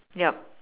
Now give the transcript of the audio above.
yup